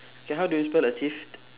K how do you spell achieved